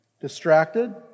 Distracted